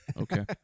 okay